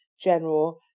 General